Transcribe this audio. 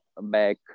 back